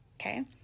Okay